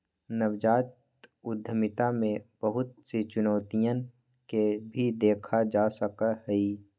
नवजात उद्यमिता में बहुत सी चुनौतियन के भी देखा जा सका हई